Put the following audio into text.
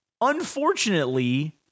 unfortunately